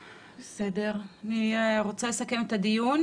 אני רוצה לסכם את הדיון